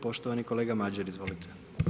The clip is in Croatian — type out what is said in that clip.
Poštovani kolega Madjer, izvolite.